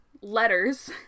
letters